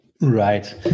Right